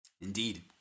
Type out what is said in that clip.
Indeed